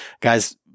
guys